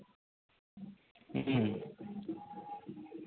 ᱦᱩᱸ